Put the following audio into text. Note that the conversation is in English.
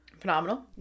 phenomenal